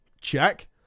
Check